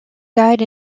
died